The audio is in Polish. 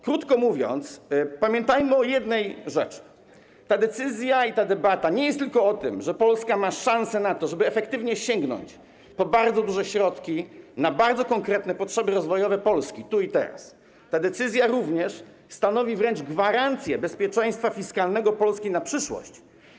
Krótko mówiąc, pamiętajmy o jednej rzeczy: ta decyzja i ta debata nie dotyczy tylko tego, że Polska ma szansę na to, żeby efektywnie sięgnąć po bardzo duże środki na swoje bardzo konkretne potrzeby rozwojowe tu i teraz, ona również stanowi wręcz gwarancję bezpieczeństwa fiskalnego Polski na przyszłość.